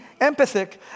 empathic